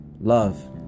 Love